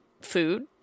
food